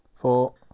Four